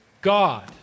God